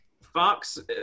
Fox